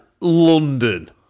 London